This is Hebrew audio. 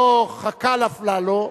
לא חכ"ל אפללו,